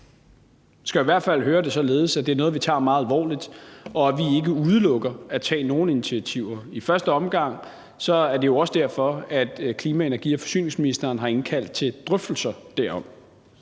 Man skal i hvert fald forstå det således, at det er noget, vi tager meget alvorligt, og at vi ikke udelukker at tage nogen initiativer. I første omgang er det jo også derfor, at klima-, energi- og forsyningsministeren har indkaldt til drøftelser derom.